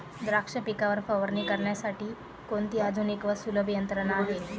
द्राक्ष पिकावर फवारणी करण्यासाठी कोणती आधुनिक व सुलभ यंत्रणा आहे?